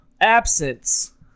absence